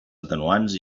atenuants